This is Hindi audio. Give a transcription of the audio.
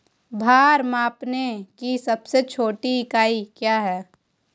भार मापने की सबसे छोटी इकाई क्या है?